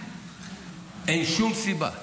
אין שום סיבה,